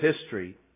history